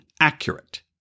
accurate